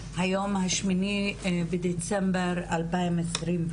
היום ה-8 בדצמבר 2021,